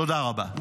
תודה רבה.